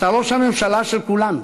אתה ראש הממשלה של כולנו,